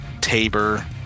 Tabor